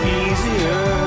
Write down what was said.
easier